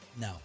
no